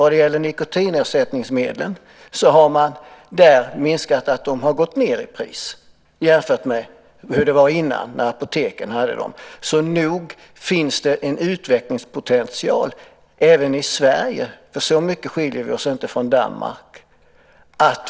Vad gäller nikotinersättningsmedlen har de gått ned i pris jämfört med hur det var innan när apoteken sålde dem. Nog finns det en utvecklingspotential även i Sverige. Så mycket skiljer vi oss inte från Danmark.